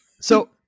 So-